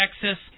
Texas